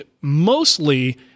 mostly